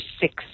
six